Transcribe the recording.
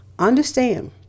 Understand